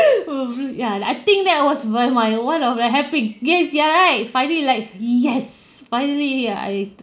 ya I think that was my my one of my happy yes you are right finally like yes finally I